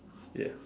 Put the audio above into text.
ya